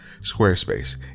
Squarespace